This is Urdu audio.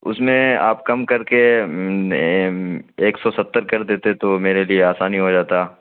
اس میں آپ کم کر کے ایک سو ستر کر دیتے تو میرے لیے آسانی ہو جاتا